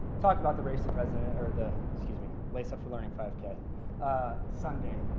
talk about the race the president or the, excuse me, lace up for learning five k sunday.